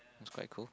it's quite cool